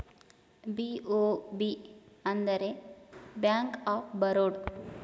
BOB ಅಂದರೆ bank of Baroda